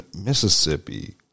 Mississippi